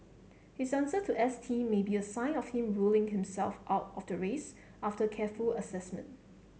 his answer to S T may be a sign of him ruling himself out of the race after careful assessment